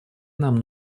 нам